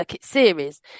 Series